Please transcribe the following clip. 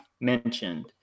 mentioned